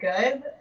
good